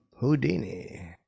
Houdini